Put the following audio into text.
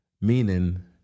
Meaning